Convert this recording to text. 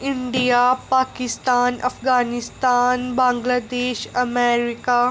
India Pakistan Afghanistan Bangladesh America